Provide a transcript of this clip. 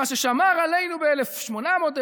מה ששמר עלינו באלף שמונה מאות,